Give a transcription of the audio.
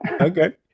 okay